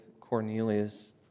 Cornelius